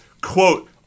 quote